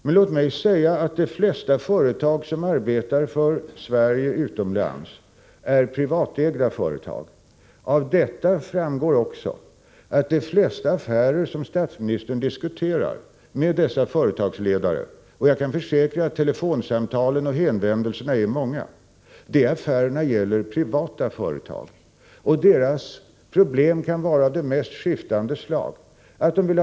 Men de flesta företag som arbetar för Sverige utomlands är privatägda företag. Av detta framgår också att de flesta affärer som statsministern diskuterar med dessa företagsledare — jag kan försäkra att telefonsamtalen och hänvändelserna är många — gäller privata företag. Deras problem kan vara av de mest skiftande slag. De villt.ex.